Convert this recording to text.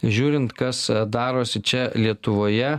žiūrint kas darosi čia lietuvoje